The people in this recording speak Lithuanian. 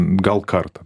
gal kartą